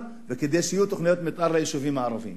וכדי שיהיו תוכניות מיתאר ליישובים הערביים.